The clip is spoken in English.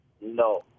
No